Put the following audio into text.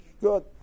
Good